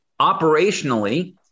Operationally